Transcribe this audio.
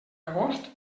agost